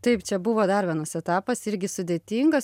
taip čia buvo dar vienas etapas irgi sudėtingas